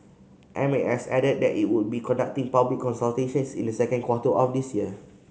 M A S added that it will be conducting public consultations in the second quarter of this year